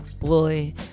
Boy